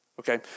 okay